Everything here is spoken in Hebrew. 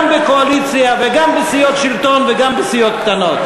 בקואליציה וגם בסיעות שלטון וגם בסיעות קטנות.